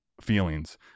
feelings